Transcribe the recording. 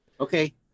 Okay